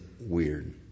weird